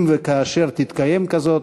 אם וכאשר תתקיים כזאת,